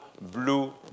blue